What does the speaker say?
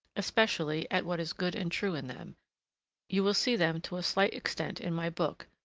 especially at what is good and true in them you will see them to a slight extent in my book,